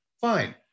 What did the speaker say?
fine